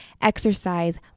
exercise